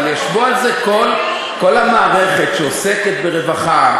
אבל ישבו על זה כל המערכת שעוסקת ברווחה,